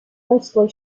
mostly